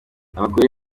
abagore